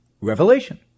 revelation